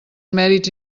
mèrits